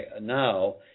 now